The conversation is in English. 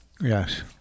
Yes